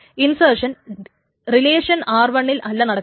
insertion relation r1 ൽ അല്ല നടക്കുന്നത്